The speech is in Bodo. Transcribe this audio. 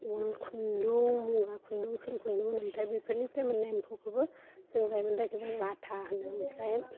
उल खुन्दुं मुगा खुन्दं सिल्क खुन्दुं होनो आमफ्राय बेफोरनिफ्राय मोन्नाय एम्फौखौबो जों जायोमोन जायखौ जों लाथा होनना बुङो आमफ्राय